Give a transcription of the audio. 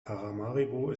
paramaribo